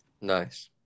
Nice